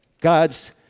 God's